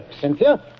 Cynthia